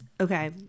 okay